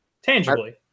Tangibly